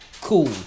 cool